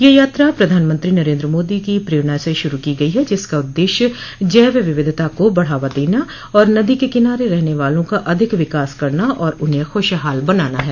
यह यात्रा प्रधानमंत्री नरेन्द्र मोदी की प्रेरणा से शुरू की गई है जिसका उद्देश्य जैव विविधता को बढ़ावा देना और नदी के किनारे रहने वालों का अधिक विकास करना और उन्हें खुशहाल बनाना है